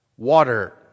water